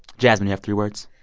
jasmine have three words?